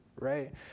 Right